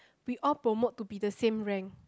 we all promote to be the same rank